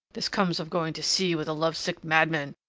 this comes of going to sea with a lovesick madman.